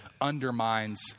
undermines